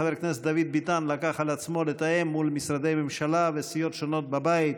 חבר הכנסת דוד ביטן לקח על עצמו לתאם מול משרדי ממשלה וסיעות שונות בבית